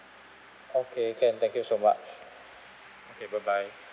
okay can thank you so much okay bye bye